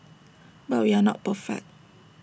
but we are not perfect